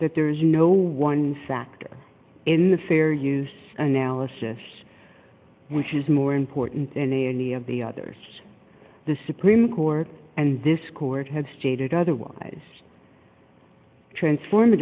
that there's no one factor in the fair use analysis which is more important than any of the others the supreme court and this court has stated otherwise transform